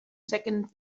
second